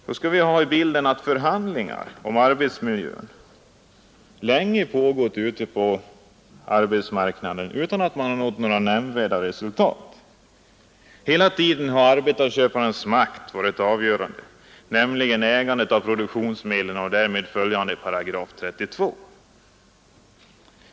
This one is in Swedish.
Då skall vi komma ihåg att förhandlingar om arbetsmiljön länge pågått på arbetsmarknaden utan att man nått några nämnvärda resultat. Hela tiden har arbetsköparnas makt varit avgörande genom ägandet av produktionsmedlen och tillgång till § 32.